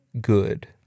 good